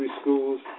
schools